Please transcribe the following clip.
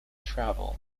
travel